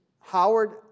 Howard